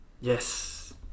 Yes